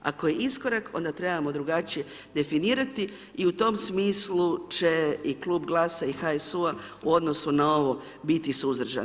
Ako je iskorak onda trebamo drugačije definirati i u tom smislu će i Klub GLAS-a i HSU-a u odnosu na ovo biti suzdržan.